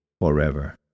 forever